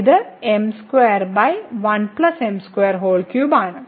ഇത് m2 ആണ്